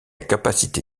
capacité